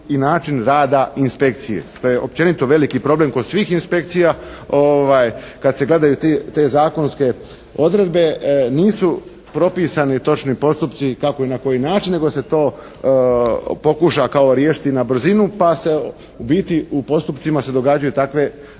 i način rada inspekcije. To je općenito veliki problem kod svih inspekcija kad se gledaju te zakonske odredbe. Nisu propisani točni postupci kako i na koji način, nego se to pokuša kao riješiti na brzinu, pa se u biti u postupcima se događaju takve